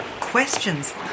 questions